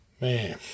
Man